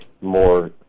more